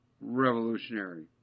revolutionary